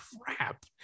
crap